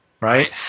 Right